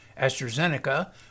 AstraZeneca